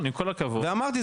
ואמרתי,